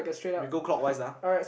we go clock wise ah